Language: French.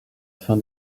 fin